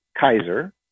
Kaiser